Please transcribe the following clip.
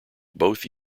both